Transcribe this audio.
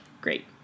Great